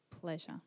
pleasure